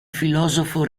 filosofo